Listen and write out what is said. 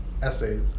essays